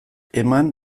eman